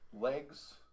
legs